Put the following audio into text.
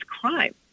crime